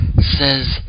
says